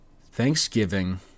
Thanksgiving